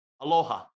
Aloha